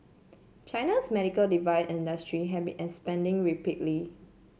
China's medical industry have been expanding rapidly